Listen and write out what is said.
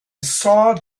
saw